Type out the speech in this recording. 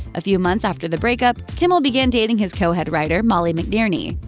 a few months after the breakup, kimmel began dating his co-head writer, molly mcnearney.